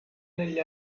negli